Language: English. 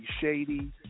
shady